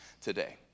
today